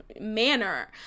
manner